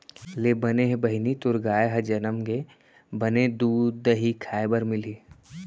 ले बने हे बहिनी तोर गाय ह जनम गे, बने दूद, दही खाय बर मिलही